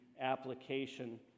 application